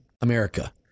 America